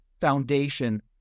foundation